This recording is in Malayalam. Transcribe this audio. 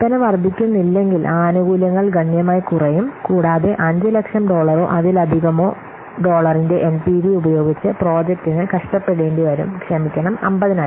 വിൽപന വർദ്ധിക്കുന്നില്ലെങ്കിൽ ആനുകൂല്യങ്ങൾ ഗണ്യമായി കുറയും കൂടാതെ 500000 ഡോളറോ അതിലധികമോ ഡോളറിന്റെ എൻപിവി ഉപയോഗിച്ച് പ്രോജക്ടിന് കഷ്ടപ്പെടേണ്ടിവരും ക്ഷമിക്കണം 50000